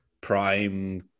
Prime